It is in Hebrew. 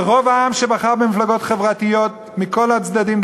ברוב העם שבחר במפלגות חברתיות מכל הצדדים,